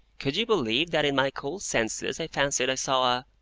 could you believe that in my cool senses i fancied i saw a